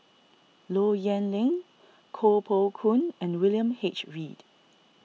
Low Yen Ling Koh Poh Koon and William H Read